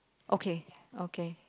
okay okay